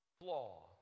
flaw